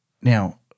Now